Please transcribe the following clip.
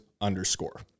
underscore